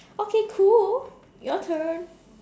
okay cool your turn